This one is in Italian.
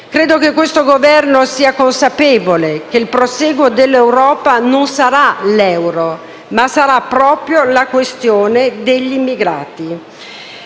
Credo che questo Governo sia consapevole che il prosieguo della costruzione dell'Europa non sarà l'euro, ma sarà proprio la questione degli immigrati.